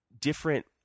different